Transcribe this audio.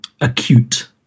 acute